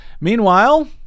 Meanwhile